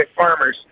farmers